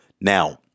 Now